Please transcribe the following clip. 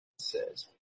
says